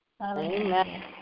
Amen